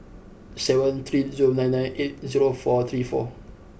seven three zero nine nine eight zero four three four